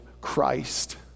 Christ